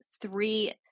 three